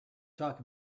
talk